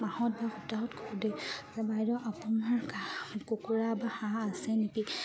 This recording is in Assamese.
মাহত বা সপ্তাহত সোধে যে বাইদেউ আপোনাৰ কুকুৰা বা হাঁহ আছে নেকি